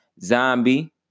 Zombie